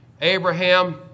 Abraham